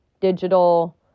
digital